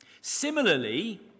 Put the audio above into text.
Similarly